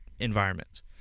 environments